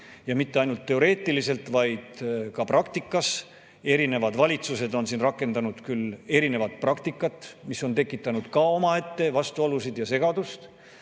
mitte ainult teoreetiliselt, vaid ka praktikas. Erinevad valitsused on rakendanud küll erinevat praktikat, mis on tekitanud omaette vastuolusid ja segadust,